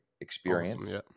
experience